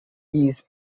east